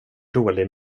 dålig